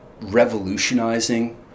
revolutionizing